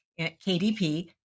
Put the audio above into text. KDP